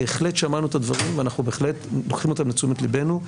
בהחלט שמענו את הדברים ואנחנו בהחלט לוקחים אותם לתשומת לבנו.